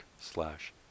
slash